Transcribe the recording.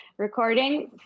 Recording